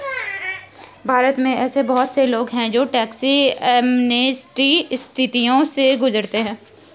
भारत में ऐसे बहुत से लोग हैं जो टैक्स एमनेस्टी स्थितियों से गुजरते हैं